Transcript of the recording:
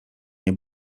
nie